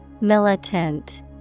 Militant